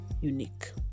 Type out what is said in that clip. unique